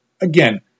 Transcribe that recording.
again